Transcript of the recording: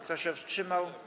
Kto się wstrzymał?